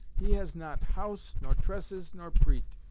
he has not house nor tresses nor preat.